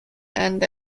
and